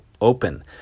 open